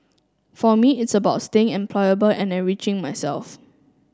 for me it's about staying employable and enriching myself